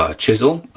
ah chisel,